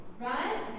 Right